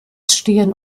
stehen